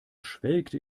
schwelgte